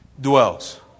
dwells